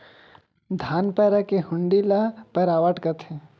धान पैरा के हुंडी ल पैरावट कथें